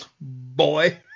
Boy